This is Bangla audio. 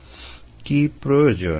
কী প্রয়োজন